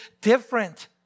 different